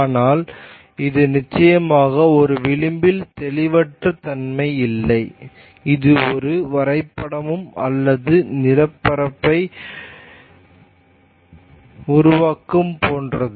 ஆனால் இது நிச்சயமாக இந்த விளிம்பில் தெளிவற்ற தன்மை இல்லை இது ஒரு வரைபடம் அல்லது நிலப்பரப்பு உருவாக்கம் போன்றது